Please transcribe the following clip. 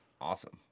awesome